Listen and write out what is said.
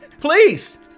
please